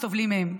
סובלים ממנה.